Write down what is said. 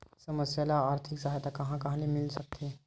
समस्या ल आर्थिक सहायता कहां कहा ले मिल सकथे?